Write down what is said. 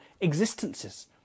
existences